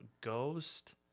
ghost